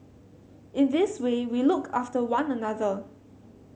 in this way we look after one another